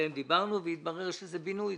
התברר שזה בינוי.